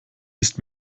ist